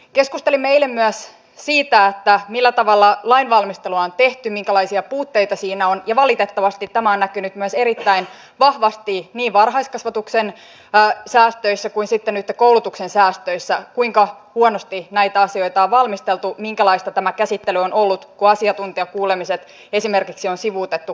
keskustelimme eilen myös siitä millä tavalla lainvalmistelua on tehty minkälaisia puutteita siinä on ja valitettavasti tämä on näkynyt myös erittäin vahvasti niin varhaiskasvatuksen säästöissä kuin sitten nytten koulutuksen säästöissä kuinka huonosti näitä asioita on valmisteltu minkälaista tämä käsittely on ollut kun asiantuntijakuulemiset esimerkiksi on sivuutettu kokonaan